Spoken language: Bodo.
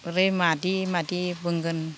मादि मादि बुंगोन